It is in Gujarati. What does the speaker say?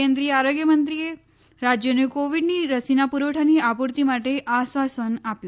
કેન્દ્રીય આરોગ્યમંત્રીએ રાજ્યોને કોવિડની રસીના પુરવઠાની આપુર્તી માટે આશ્વાસન આપ્યું